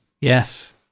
Yes